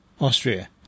Austria